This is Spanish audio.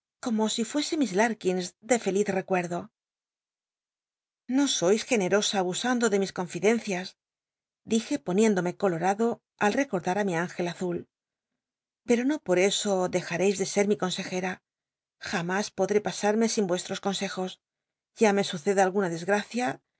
como si fuese miss larkins de feliz ecucrdo no sois generosa abusando de mis confidencias dij e poniéndome colorado al recordar mi tinge azul pero no por eso dejareis de ser mi consejera jam ts podré pasarme sin vueshos consejos ya me suceda alguna desgacia